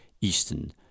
eastern